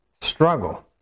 struggle